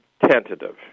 tentative